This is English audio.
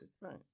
right